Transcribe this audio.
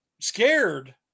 scared –